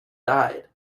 died